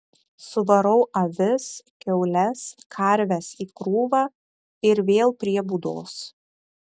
suvarau avis kiaules karves į krūvą ir vėl prie būdos